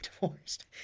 divorced